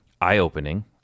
eye-opening